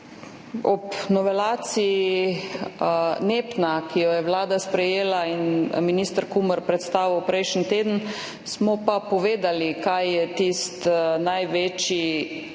Ob novelaciji NEPN, ki ga je Vlada sprejela in minister Kumer predstavil prejšnji teden, smo pa povedali, kaj je tisti največji